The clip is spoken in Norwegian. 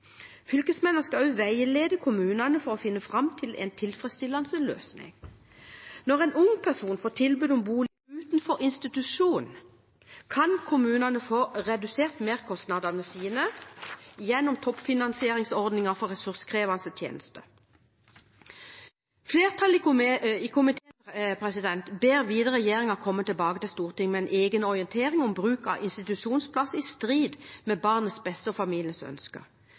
Fylkesmannen skal også veilede kommunene for å finne fram til en tilfredsstillende løsning. Når en ung person får tilbud om bolig utenfor institusjon, kan kommunen få redusert merkostnadene sine gjennom toppfinansieringsordningen for ressurskrevende tjenester. Flertallet i komiteen ber videre regjeringen komme tilbake til Stortinget med en egen orientering om bruk av institusjonsplass i strid med barnets beste og familiens ønsker.